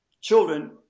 children